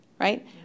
right